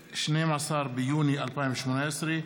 התשע"ח, 12 ביוני 2018,